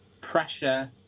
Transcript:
pressure